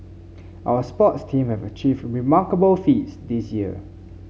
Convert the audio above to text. our sports team have achieved remarkable feats this year